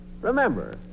Remember